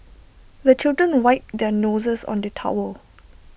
the children wipe their noses on the towel